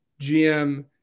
gm